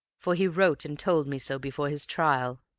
for he wrote and told me so before his trial.